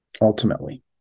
ultimately